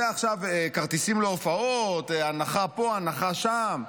כרטיסים להופעות, הנחה פה, הנחה שם,